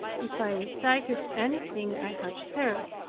if i recited anything i had heard,